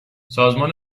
سازمان